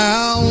Now